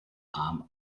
arm